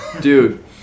Dude